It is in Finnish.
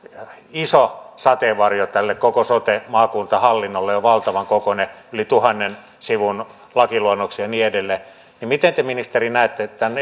iso sateenvarjo tälle koko sote maakuntahallinnolle on valtavan kokoinen yli tuhannen sivun lakiluonnoksia ja niin edelleen niin miten te ministeri näette tämän